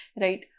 Right